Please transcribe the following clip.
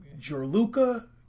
Jorluka